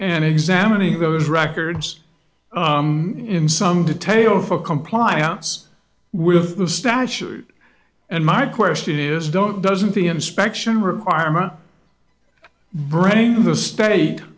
and examining those records in some detail for compliance with the statute and my question is don't doesn't the inspection requirement bring the state